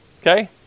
Okay